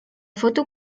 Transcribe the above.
foto